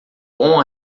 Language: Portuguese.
bom